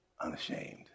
Unashamed